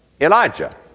Elijah